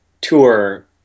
tour